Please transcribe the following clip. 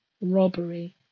robbery